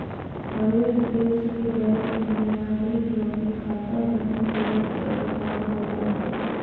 हरेक देश के बैंक मे नागरिक लगी खाता मैनेज करे के अधिकार होवो हय